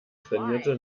trainierte